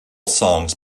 songs